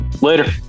Later